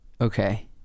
Okay